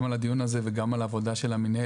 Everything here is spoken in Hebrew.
גם על הדיון הזה וגם על העבודה של המינהלת,